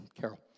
Carol